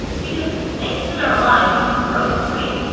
because things that are alive do grow, right?